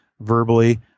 verbally